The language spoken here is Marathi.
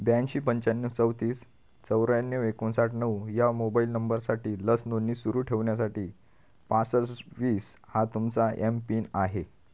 ब्याऐंशी पंचाण्णव चौतीस चौऱ्याण्णव एकोणसाठ नऊ या मोबाईल नंबरसाठी लस नोंदणी सुरू ठेवण्यासाठी पासष्ट वीस हा तुमचा एमपिन आहे